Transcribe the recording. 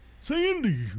Sandy